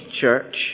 church